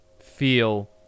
feel